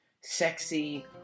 sexy